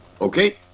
Okay